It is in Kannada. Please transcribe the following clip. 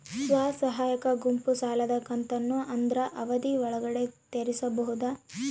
ಸ್ವಸಹಾಯ ಗುಂಪು ಸಾಲದ ಕಂತನ್ನ ಆದ್ರ ಅವಧಿ ಒಳ್ಗಡೆ ತೇರಿಸಬೋದ?